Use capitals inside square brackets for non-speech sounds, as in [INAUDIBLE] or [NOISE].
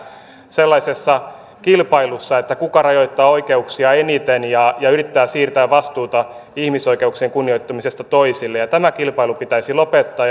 sellaisessa kilpailussa että kuka rajoittaa oikeuksia eniten ja yrittää siirtää vastuuta ihmisoikeuksien kunnioittamisesta toisille tämä kilpailu pitäisi lopettaa [UNINTELLIGIBLE]